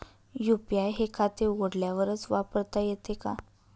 UPI हे खाते उघडल्यावरच वापरता येते का?